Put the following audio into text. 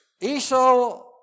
Esau